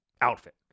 outfit